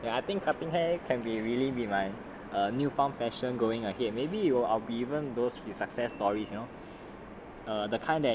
ya I think cutting hair can be really be like new found fashion going ahead maybe you are given those with success stories you know